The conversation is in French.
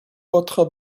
votre